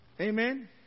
Amen